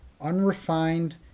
unrefined